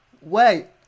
Wait